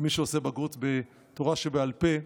למי שעושה בגרות בתורה שבעל פה,